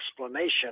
explanation